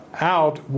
out